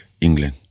England